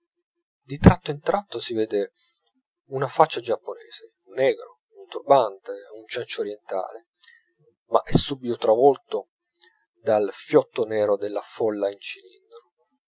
di tratto in tratto si vede una faccia giapponese un negro un turbante un cencio orientale ma è subito travolto dal fiotto nero della folla in